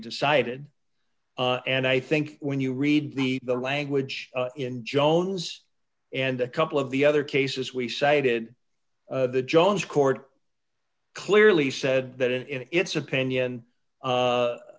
decided and i think when you read the the language in jones and a couple of the other cases we cited the jones court clearly said that in its opinion